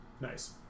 Nice